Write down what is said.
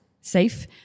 safe